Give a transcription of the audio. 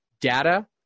data